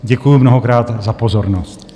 Děkuji mnohokrát za pozornost.